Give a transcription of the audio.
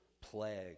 plague